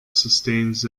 sustains